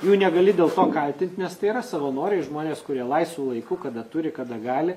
jų negali dėl to kaltint nes tai yra savanoriai žmonės kurie laisvu laiku kada turi kada gali